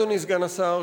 אדוני סגן השר,